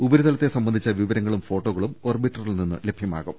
ഉപരിതലത്തെ സംബന്ധിച്ച വിവരങ്ങളും ഫോട്ടോകളും ഓർബിറ്ററിൽ നിന്ന് ലഭ്യമാകും